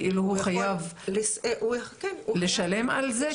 כאילו הוא חייב לשלם על זה?